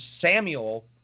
Samuel